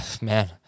man